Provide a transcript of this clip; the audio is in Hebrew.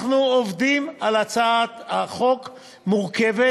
אנחנו עובדים על הצעת חוק מורכבת.